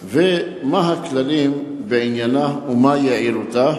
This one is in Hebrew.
3. מה הם הכללים בעניינה ומה היא יעילותה?